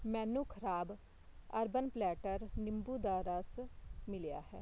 ਮੈਨੂੰ ਖ਼ਰਾਬ Urban Platter ਨਿੰਬੂ ਦਾ ਰਸ ਮਿਲਿਆ ਹੈ